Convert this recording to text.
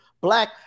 Black